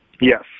Yes